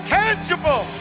tangible